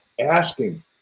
asking